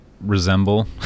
resemble